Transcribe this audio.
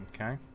Okay